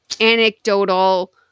anecdotal